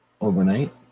Overnight